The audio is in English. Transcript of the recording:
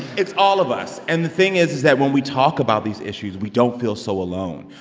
it's all of us. and the thing is is that when we talk about these issues, we don't feel so alone.